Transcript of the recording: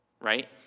right